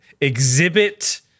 Exhibit